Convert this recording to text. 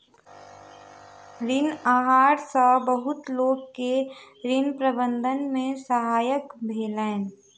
ऋण आहार सॅ बहुत लोक के ऋण प्रबंधन में सहायता भेलैन